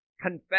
Confess